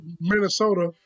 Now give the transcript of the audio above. Minnesota